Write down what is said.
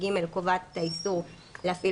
אנחנו מבקשים שאת האישור תוכל להנפיק